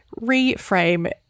reframe